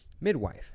midwife